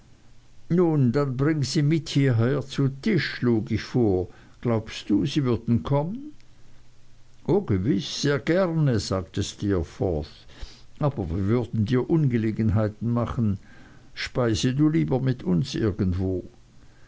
nun dann bring sie mit hierher zu tisch schlug ich vor glaubst du sie würden kommen o gewiß sehr gerne sagte steerforth aber wir würden dir ungelegenheiten machen speise du lieber mit uns irgendwo